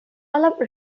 অলপ